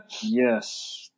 Yes